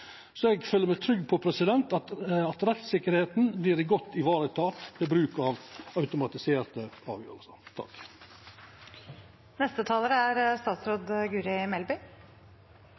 Så eg føler meg trygg på at rettstryggleiken vert godt vareteken ved bruk av automatiserte